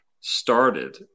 started